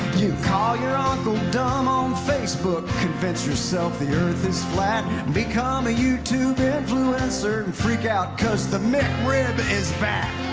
you call your uncle dumb on facebook convince yourself the earth is flat become a youtube influencer and flip out because the mcrib is back